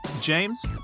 James